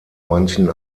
manchen